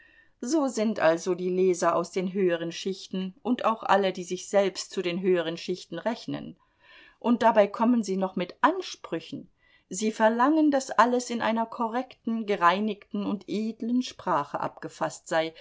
so sind also die leser aus den höheren schichten und auch alle die sich selbst zu den höheren schichten rechnen und dabei kommen sie noch mit ansprüchen sie verlangen daß alles in einer korrekten gereinigten und edlen sprache abgefaßt sei